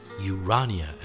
Urania &